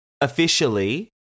officially